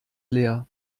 leer